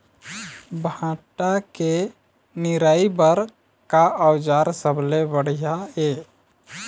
भांटा के निराई बर का औजार सबले बढ़िया ये?